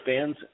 fans